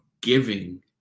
giving